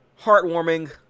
Heartwarming